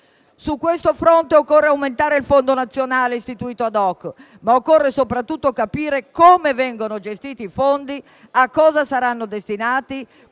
Su questo fronte occorre aumentare il fondo nazionale istituito *ad hoc,* ma bisogna soprattutto capire come vengono gestiti i fondi, a cosa saranno destinati